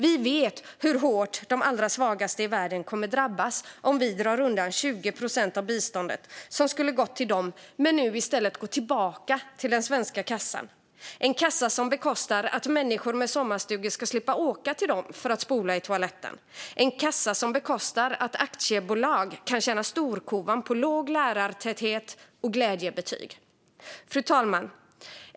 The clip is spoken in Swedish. Vi vet hur hårt de allra svagaste i världen kommer att drabbas om vi drar undan 20 procent av biståndet, som skulle ha gått till dem men nu i stället går tillbaka till den svenska kassan - en kassa som bekostar att människor med sommarstugor ska slippa åka till dem för att spola i toaletten och som bekostar att aktiebolag kan tjäna storkovan på låg lärartäthet och glädjebetyg. Fru talman!